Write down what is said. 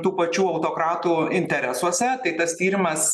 tų pačių autokratų interesuose tai tas tyrimas